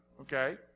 okay